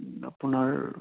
আপোনাৰ